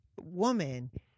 woman